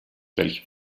welche